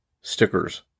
stickers